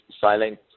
silent